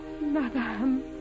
Madame